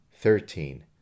Thirteen